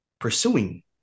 pursuing